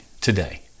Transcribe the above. today